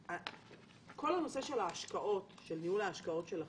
כל הנושא של ניהול ההשקעות שלכם,